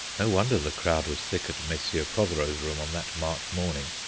no wonder the crowd was thick at messrs. protheroe's room on that march morning.